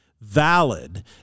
valid